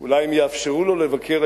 אם יאפשרו לו לבקר,